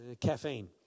caffeine